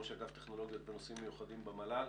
ראש אגף טכנולוגיות ונושאים מיוחדים במל"ל.